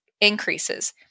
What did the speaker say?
increases